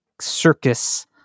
circus